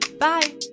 bye